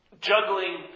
juggling